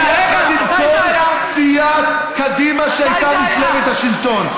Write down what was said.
ויחד עם כל סיעת קדימה, שהייתה מפלגת השלטון.